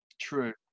True